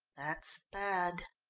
that's bad.